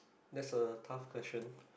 that's a tough question